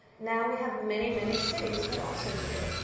now we have many, many cities that also do,